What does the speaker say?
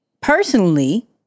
personally